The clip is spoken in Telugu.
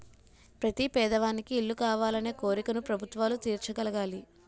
ప్రతి పేదవానికి ఇల్లు కావాలనే కోరికను ప్రభుత్వాలు తీర్చగలగాలి